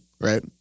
Right